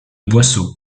boisseaux